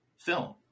film